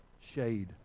shade